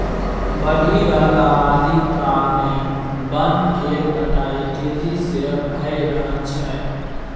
बढ़ि रहल अबादी कारणेँ बन केर कटाई तेजी से भए रहल छै